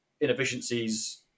inefficiencies